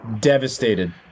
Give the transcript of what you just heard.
Devastated